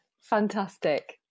fantastic